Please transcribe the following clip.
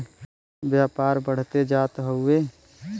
व्यापार बढ़ते जात हउवे